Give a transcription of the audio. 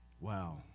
Wow